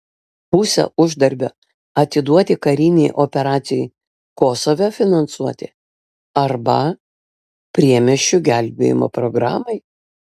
pusę uždarbio atiduoti karinei operacijai kosove finansuoti arba priemiesčių gelbėjimo programai